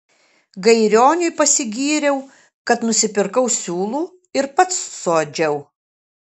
gairioniui pasigyriau kad nusipirkau siūlų ir pats suadžiau